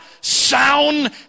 sound